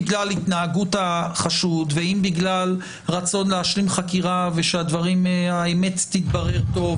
אם בגלל התנהגות החשוד ואם בגלל רצון להשלים חקירה ושהאמת תתברר פה,